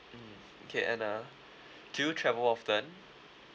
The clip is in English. mm okay and uh do you travel often